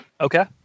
Okay